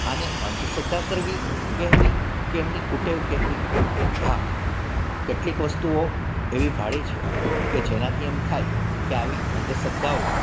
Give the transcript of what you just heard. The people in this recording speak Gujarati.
આને અંધશ્રદ્ધા કરવી કહેવી કે એમની કુટેવ કહેવી હા કેટલી વસ્તુઓ એવી ભાળી છે કે જેનાથી એમ થાય કે આવી અંધશ્રદ્ધાઓ